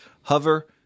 Hover